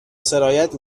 سرایت